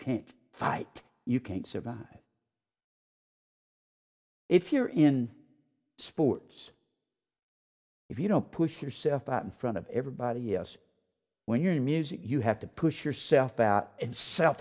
can't fight you can't survive if you're in sports if you don't push yourself out in front of everybody else when your music you have to push yourself out and s